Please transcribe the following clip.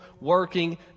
working